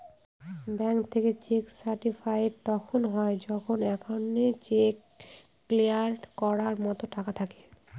bank থেকে cheque certified তখন হয় যখন একাউন্টে চেক ক্লিয়ার করার মতো টাকা থাকে